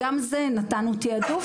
קידום מנהלות,